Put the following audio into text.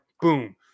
boom